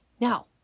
Now